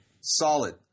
Solid